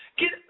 get